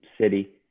city